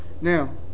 Now